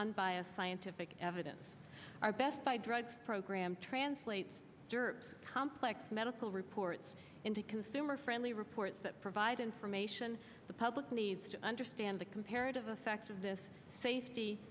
unbiased scientific evidence our best buy drugs program translates d'oeuvres complex medical reports into consumer friendly reports that provide information the public needs to understand the comparative effect of this safety